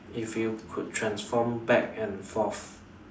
if you could transform back and forth